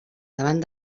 davant